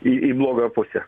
į į blogąją pusę